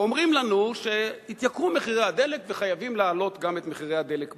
ואומרים לנו שעלו מחירי הדלק וחייבים להעלות גם את מחירי הדלק בארץ.